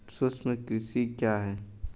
सूक्ष्म कृषि क्या है?